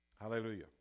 Hallelujah